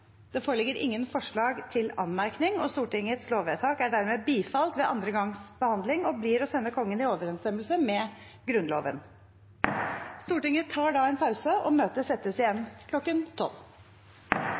Det foreligger ingen forslag til anmerkning. Stortingets lovvedtak er dermed bifalt ved andre gangs behandling og blir å sende Kongen i overensstemmelse med Grunnloven. Stortinget tar da en pause, og møtet settes igjen